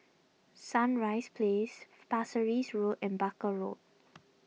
Sunrise Place Pasir Ris Road and Barker Road